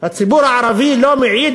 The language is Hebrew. הציבור הערבי לא מעיד.